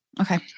Okay